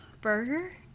burger